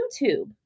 YouTube